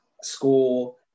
school